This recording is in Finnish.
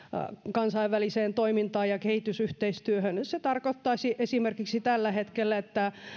kansainväliseen toimintaan ja kehitysyhteistyöhön se tarkoittaisi esimerkiksi tällä hetkellä että